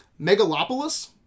Megalopolis